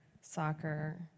soccer